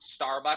starbucks